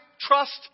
trust